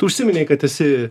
tu užsiminei kad esi